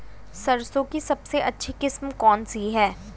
सरसों की सबसे अच्छी किस्म कौन सी है?